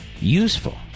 Useful